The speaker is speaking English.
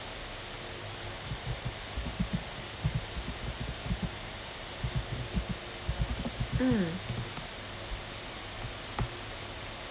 mm